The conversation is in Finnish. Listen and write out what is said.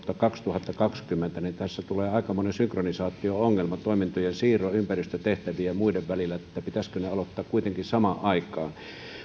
kaksituhattakaksikymmentä tässä tulee aikamoinen synkronisaatio ongelma toimintojen siirron ympäristötehtävien ja muiden välillä että pitäisikö ne aloittaa kuitenkin samaan aikaan